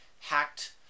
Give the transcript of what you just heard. hacked